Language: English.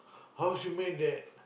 how she make that